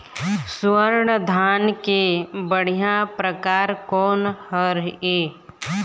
स्वर्णा धान के बढ़िया परकार कोन हर ये?